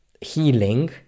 healing